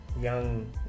young